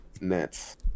Nets